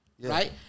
right